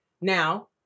Now